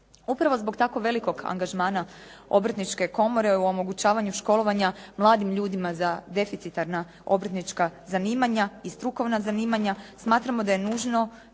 Upravo zbog tako velikog angažmana Obrtničke komore i omogućavanju školovanja mladim ljudima za deficitarna, obrtnička zanimanja i strukovna zanimanja smatramo da je nužno